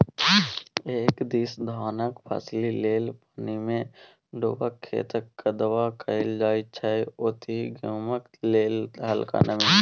एक दिस धानक फसिल लेल पानिमे डुबा खेतक कदबा कएल जाइ छै ओतहि गहुँमक लेल हलका नमी मे